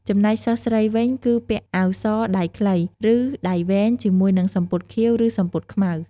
ចំណែកសិស្សស្រីវិញ គឺពាក់អាវសដៃខ្លី ឬដៃវែងជាមួយនឹងសំពត់ខៀវ ឬសំពត់ខ្មៅ។